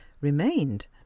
remained—